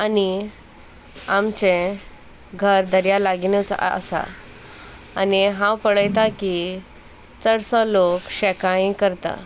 आनी आमचे घर दर्या लागींनच आसा आनी हांव पळयता की चडसो लोक शेकायी करता